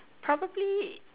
probably